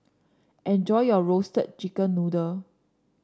enjoy your Roasted Chicken Noodle